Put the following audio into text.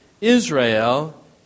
Israel